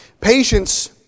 Patience